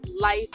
life